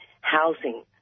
housing